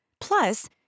Plus